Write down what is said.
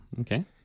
Okay